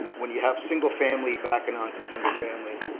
when you have single-family backing onto single-family,